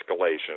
escalation